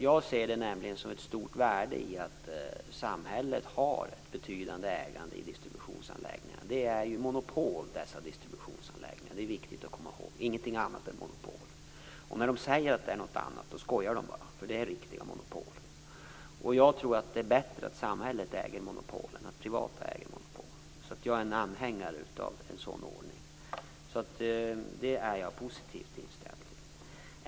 Jag ser nämligen ett stort värde i att samhället har ett betydande ägande när det gäller distributionsanläggningarna. Det handlar ju där om monopol - ingenting annat. Det är viktigt att komma ihåg detta. När man säger att det är fråga om något annat skojar man bara, för det handlar om riktiga monopol. Jag tror att det är bättre att samhället äger monopolen än att de är privat ägda. Jag är anhängare av en sådan ordning och är alltså positivt inställd till det.